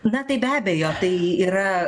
na tai be abejo tai yra